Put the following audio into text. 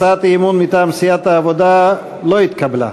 הצעת האי-אמון מטעם סיעת העבודה לא התקבלה.